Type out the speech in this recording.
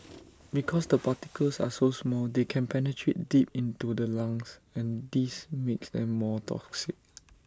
because the particles are so small they can penetrate deep into the lungs and this makes them more toxic